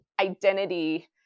identity